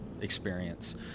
experience